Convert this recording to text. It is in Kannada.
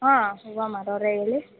ಹಾಂ ಹೂವು ಮಾರೋರೆ ಹೇಳಿ